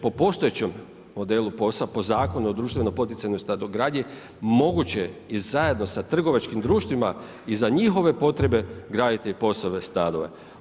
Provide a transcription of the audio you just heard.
Po postojećem modelu POS-a, po Zakonu o društveno poticajnoj stanogradnji, moguće je i zajedno sa trgovačkim društvima i za njihove potrebe graditi POS-ove stanove.